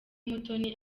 mutoni